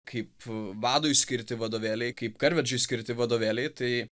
kaip vadui skirti vadovėliai kaip karvedžiui skirti vadovėliai tai